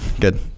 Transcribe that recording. good